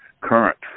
current